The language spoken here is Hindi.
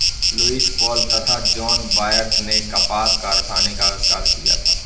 लुईस पॉल तथा जॉन वॉयट ने कपास कारखाने का आविष्कार किया था